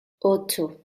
ocho